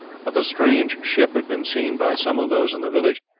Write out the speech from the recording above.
but the strange ship had been seen by some of those in the village,